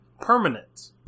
permanent